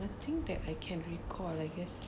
I think that I can recall I guess